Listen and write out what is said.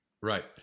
Right